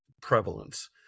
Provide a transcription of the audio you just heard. prevalence